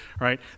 right